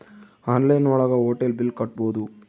online ಒಳಗ hotel bill ಕಟ್ಬೋದು